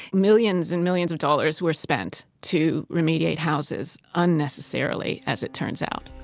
millions and millions of dollars were spent to remediate houses, unnecessarily as it turns out.